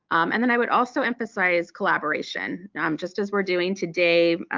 and then i would also emphasize collaboration. um just as we're doing today,